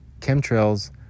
Chemtrails